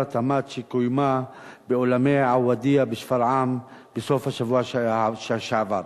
התמ"ת שקוימה באולמי "עואדיה" בשפרעם בסוף השבוע שעבר.